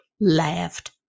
laughed